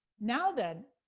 now then,